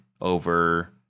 over